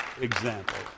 example